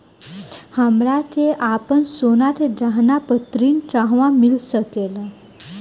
हमरा के आपन सोना के गहना पर ऋण कहवा मिल सकेला?